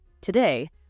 Today